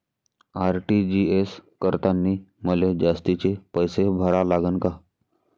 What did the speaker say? RTGS करतांनी मले जास्तीचे पैसे भरा लागन का?